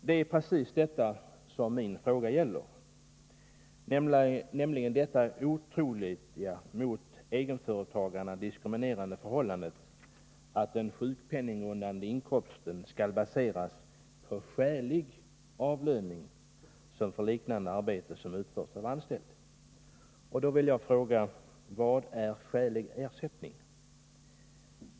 Det är precis detta som min fråga gäller — nämligen det för egenföretagarna otroligt diskriminerande förhållandet att den sjukpenninggrundande inkomsten skall baseras på skälig avlöning för liknande arbete som utförs av anställd. Då vill jag fråga: Vad är skälig ersättning?